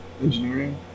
Engineering